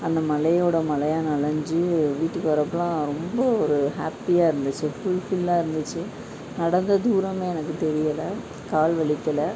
அந்த மழையோட மழையா நனைஞ்சி வீட்டுக்கு வரப்போலாம் ரொம்ப ஒரு ஹாப்பியாக இருந்துச்சு ஃபுல்ஃபில்லாக இருந்துச்சு நடந்த தூரமே எனக்கு தெரியலை கால் வலிக்கலை